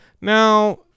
Now